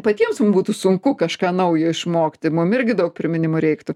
patiems mum būtų sunku kažką naujo išmokti mum irgi daug priminimų reiktų